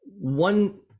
one